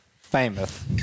Famous